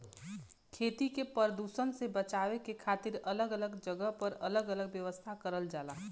खेती के परदुसन से बचे के खातिर अलग अलग जगह पर अलग अलग व्यवस्था करल जाला